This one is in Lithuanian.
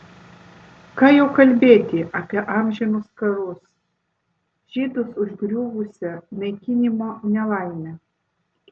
ką jau kalbėti apie amžinus karus žydus užgriuvusią naikinimo nelaimę